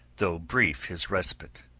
though brief his respite.